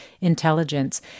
Intelligence